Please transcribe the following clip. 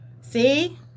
See